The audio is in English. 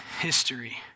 history